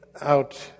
out